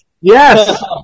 Yes